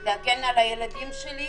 על הילדים שלי,